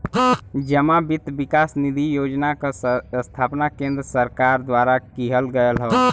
जमा वित्त विकास निधि योजना क स्थापना केन्द्र सरकार द्वारा किहल गयल हौ